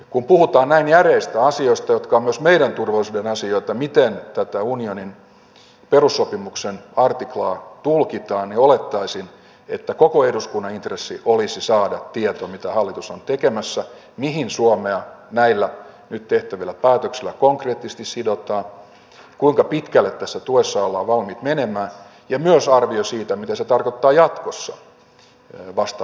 kun puhutaan näin järeistä asioista jotka ovat myös meidän turvallisuuden asia että miten tätä unionin perussopimuksen artiklaa tulkitaan niin olettaisin että koko eduskunnan intressi olisi saada tieto mitä hallitus on tekemässä mihin suomea näillä nyt tehtävillä päätöksillä konkreettisesti sidotaan kuinka pitkälle tässä tuessa ollaan valmiit menemään ja myös arvio siitä mitä se tarkoittaa jatkossa vastaavissa tilanteissa